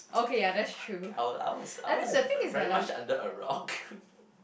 I was I was I was very very much under a rock